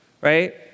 right